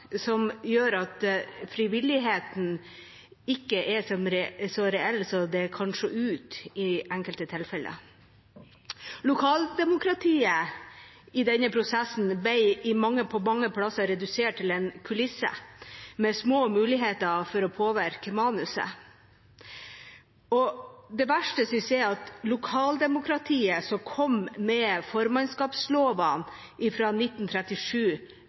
som gjør at frivilligheten ikke er så reell som det kan se ut til i enkelte tilfeller. Lokaldemokratiet ble i denne prosessen mange steder redusert til en kulisse med små muligheter for å påvirke manuset. Det verste synes jeg er at lokaldemokratiet som kom med formannskapslovene fra 1837, uthules ved at de som bor i et lokalsamfunn, nå blir mer avskåret fra